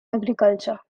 agriculture